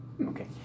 Okay